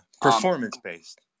performance-based